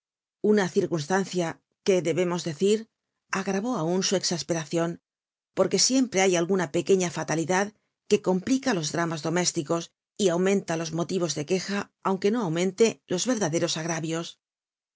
una circunstancia que debemos decir agravó aun su exasperacion porque siempre hay alguna pequeña fatalidad que complica los dramas domésticos y aumenta los motivos de queja aunque no aumente los verdaderos agravios ni